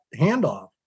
handoff